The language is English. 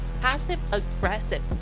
passive-aggressive